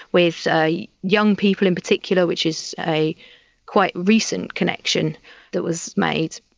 with young people in particular, which is a quite recent connection that was made.